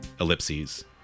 ellipses